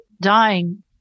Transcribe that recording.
dying